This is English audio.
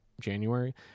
January